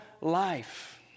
life